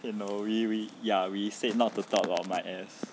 okay no we we ya we said not to talk about my ass